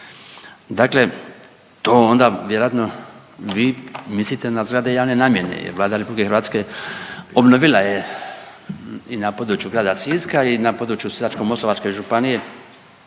Dakle to onda vjerojatno mislite na zgrade javne namjene jer Vlada RH obnovila je i na području grada Siska i na području Sisačko-moslavačke županije